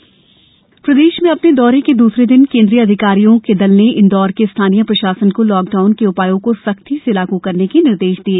केन्द्रीय दल प्रदेश में अपने दौरे के दूसरे दिन केंद्रीय अधिकारियों के दल ने इंदौर के स्थानीय प्रशासन को लॉकडाउन के उपायों को सख्ती से लागू करने के निर्देश दिए